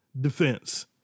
defense